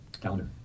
Calendar